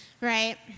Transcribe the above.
Right